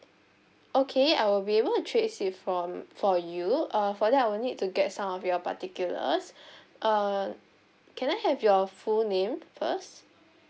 okay I will be able to trace it from for you uh for that I will need to get some of your particulars uh can I have your full name first